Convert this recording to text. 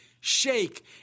shake